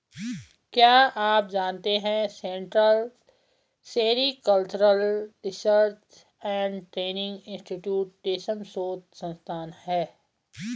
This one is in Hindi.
क्या आप जानते है central sericultural research and training institute रेशम शोध संस्थान है?